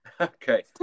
Okay